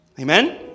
Amen